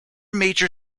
major